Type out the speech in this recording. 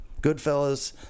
Goodfellas